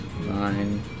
nine